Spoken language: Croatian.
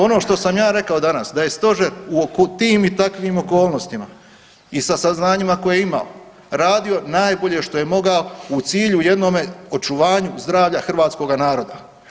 Ono što sam ja rekao danas, da je Stožer u tim i takvim okolnostima i saznanjima koje imamo radio najbolje što je mogao u cilju jednome očuvanju zdravlja hrvatskoga naroda.